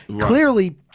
clearly